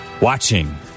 watching